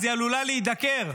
היא עלולה להידקר.